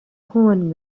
horn